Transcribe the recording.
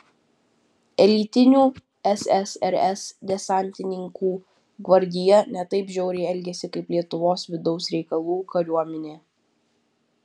elitinių ssrs desantininkų gvardija ne taip žiauriai elgėsi kaip lietuvos vidaus reikalų kariuomenė